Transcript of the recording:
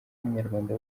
umunyarwanda